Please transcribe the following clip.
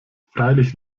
freilich